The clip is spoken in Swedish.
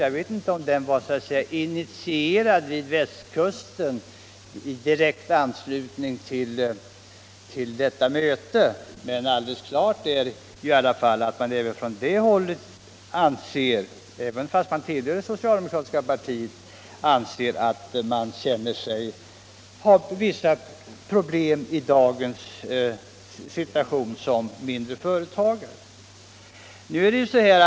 Jag vet inte om den var särskilt bunden till västkusten eller om den skrevs i direkt anslutning till detta möte, men alldeles klart är i alla fall att man även på det hållet — fastän man tillhör det socialdemokratiska partiet — anser sig ha vissa problem som mindre företagare i dagens situation.